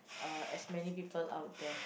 uh as many people out there